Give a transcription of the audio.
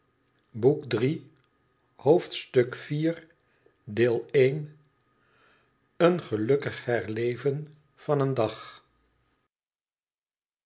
een gelukkig herleven van een dag